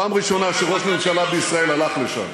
פעם ראשונה שראש ממשלה בישראל הלך לשם,